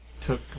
took